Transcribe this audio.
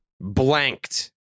blanked